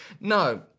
No